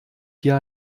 hier